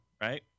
right